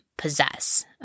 possess